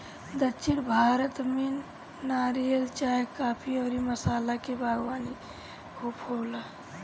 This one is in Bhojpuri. दक्षिण भारत में नारियल, चाय, काफी अउरी मसाला के बागवानी खूब होला